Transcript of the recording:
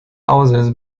houses